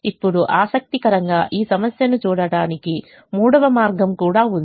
ఇప్పుడు ఆసక్తికరంగా ఈ సమస్యను చూడటానికి మూడవ మార్గం కూడా ఉంది